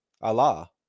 Allah